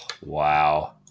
Wow